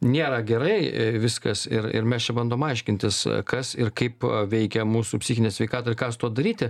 nėra gerai viskas ir ir mes čia bandom aiškintis kas ir kaip veikia mūsų psichinę sveikatą ir ką su tuo daryti